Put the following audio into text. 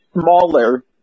smaller